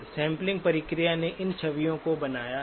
sampling प्रक्रिया ने इन छवियों को बनाया है